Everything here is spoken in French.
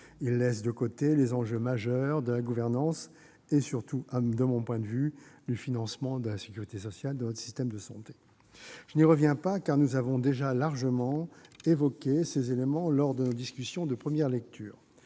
il laisse de côté les enjeux majeurs de la gouvernance et, selon moi surtout, du financement de notre système de santé. Je n'y reviens pas, car nous avons déjà largement évoqué ces éléments lors de nos discussions de première lecture.